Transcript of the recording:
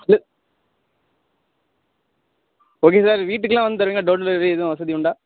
okay sir வீட்டுக்கெலாம் வந்து தருவீங்களா டோர் டெலிவெரி எதுவும் வசதி உண்டா